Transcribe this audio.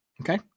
Okay